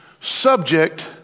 Subject